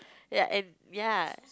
ya and ya